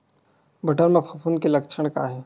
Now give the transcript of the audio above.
बटर म फफूंद के लक्षण का हे?